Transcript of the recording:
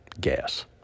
Gas